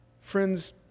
Friends